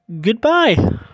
goodbye